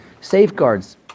safeguards